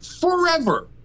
forever